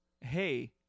hey